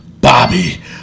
Bobby